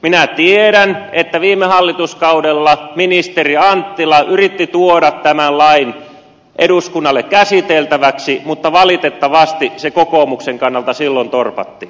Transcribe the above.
minä tiedän että viime hallituskaudella ministeri anttila yritti tuoda tämän lain eduskunnalle käsiteltäväksi mutta valitettavasti se kokoomuksen puolelta silloin torpattiin